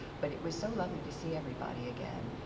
but it was so lovely to see everybody again,